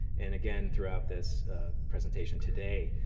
and again throughout this presentation today.